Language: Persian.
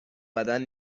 بدن